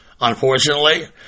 Unfortunately